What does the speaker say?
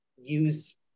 use